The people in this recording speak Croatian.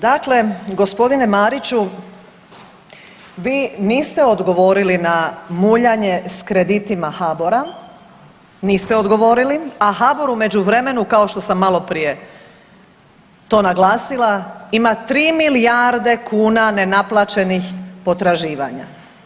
Dakle, gospodine Mariću, vi niste odgovorili na muljanje s kreditima HABOR-a, niste odgovorili, a HABOR u međuvremenu kao što sam maloprije to naglasila ima tri milijarde kuna nenaplaćenih potraživanja.